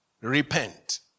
repent